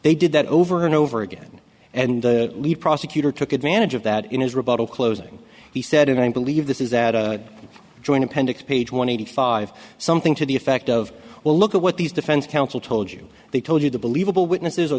they did that over and over again and the lead prosecutor took advantage of that in his rebuttal closing he said and i believe this is that joint appendix page one hundred five something to the effect of well look at what these defense counsel told you they told you to believe all witnesses are